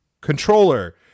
controller